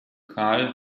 karl